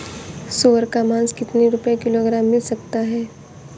सुअर का मांस कितनी रुपय किलोग्राम मिल सकता है?